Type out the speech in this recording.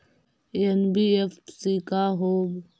NBFC का होब?